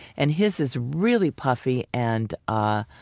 and his is really puffy and ah